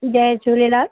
Jay Jhulelal